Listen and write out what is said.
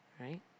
right